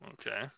Okay